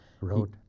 Wrote